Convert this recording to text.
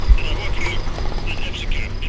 and i work here at f-secure,